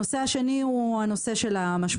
הנושא השני הוא של המשמעות,